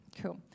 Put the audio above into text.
cool